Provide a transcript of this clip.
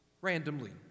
randomly